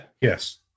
Yes